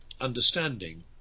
understanding